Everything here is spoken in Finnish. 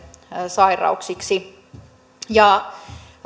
sairauksiksi